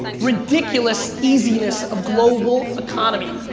ridiculous easiness of global economy.